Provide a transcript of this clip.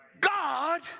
God